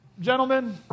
gentlemen